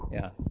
yeah